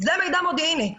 זה מידע מודיעיני.